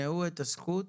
את הזכות